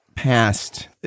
Past